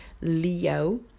Leo